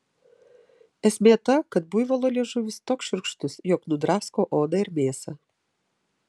esmė ta kad buivolo liežuvis toks šiurkštus jog nudrasko odą ir mėsą